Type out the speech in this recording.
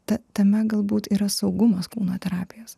ta tema galbūt yra saugumas kūno terapijos